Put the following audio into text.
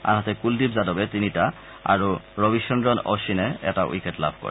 আনহাতে কলদীপ যাদবে তিনিটা আৰু ৰবীচন্দ্ৰন অশ্বিনে এটা উইকেট লাভ কৰে